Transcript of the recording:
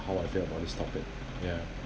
how I feel about this topic ya